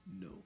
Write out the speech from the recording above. no